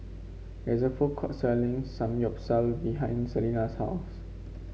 there is a food court selling Samgyeopsal behind Celina's house